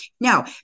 Now